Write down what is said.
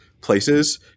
places